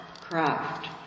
craft